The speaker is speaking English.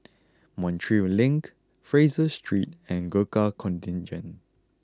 Montreal Link Fraser Street and Gurkha Contingent